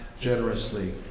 generously